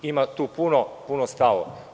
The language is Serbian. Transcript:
Ima tu puno stava.